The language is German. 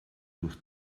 durch